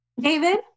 David